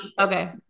Okay